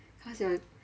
cause your